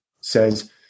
says